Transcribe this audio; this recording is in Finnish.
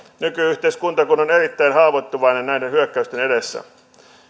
nyky yhteiskunta kun on erittäin haavoittuvainen näiden hyökkäysten edessä